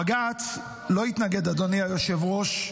בג"ץ לא התנגד, אדוני היושב-ראש,